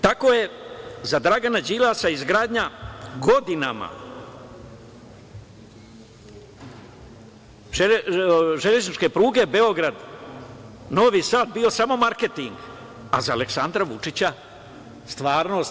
Tako je za Dragana Đilasa izgradnja godinama železničke pruge Beograd-Novi Sad bio samo marketing, a za Aleksandra Vučića stvarnost.